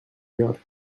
york